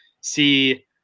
see